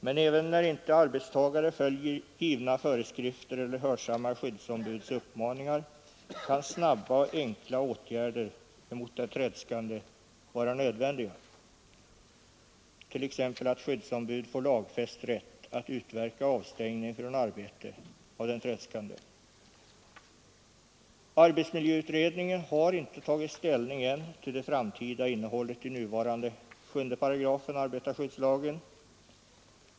Men även när arbetstagare inte följer givna föreskrifter eller inte hörsammar skyddsombudets uppmaningar kan snabba och enkla åtgärder emot den tredskande vara nödvändiga, t.ex. att skyddsombud får lagfäst rätt att utverka avstängning från arbetet av den tredskande. Arbetsmiljöutredningen har ännu inte tagit ställning till det framtida innehållet i nuvarande 7 § arbetarskyddslagen.